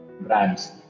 brands